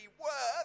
worth